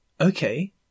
Okay